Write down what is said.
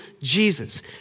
Jesus